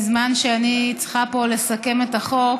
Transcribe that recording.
שבזמן שאני צריכה פה לסכם את החוק,